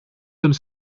comme